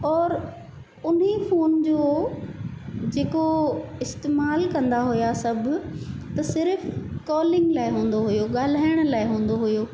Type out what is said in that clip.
और उन्हीअ फोन जो जेको इस्तेमाल कंदा हुया सभु त सिर्फ कॉलिंग लाइ हूंदो हुयो ॻाल्हाइण लाइ हूंदो हुयो